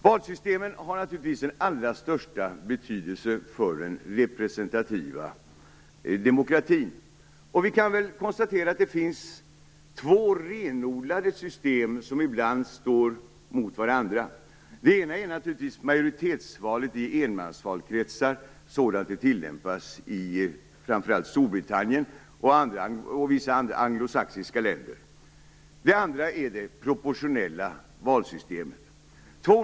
Valsystemen har naturligtvis den allra största betydelse för den representativa demokratin. Vi kan konstatera att det finns två renodlade system, som ibland står mot varandra. Det ena är majoritetsval i enmansvalkretsar, sådant det tillämpas i framför allt Storbritannien och vissa andra anglosaxiska länder, och det andra är det proportionella valsystemet.